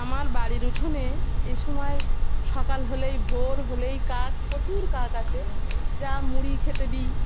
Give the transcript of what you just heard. আমার বাড়ির উঠোনে এই সময় সকাল হলেই ভোর হলেই কাক প্রচুর কাক আসে যা মুড়ি খেতে দিই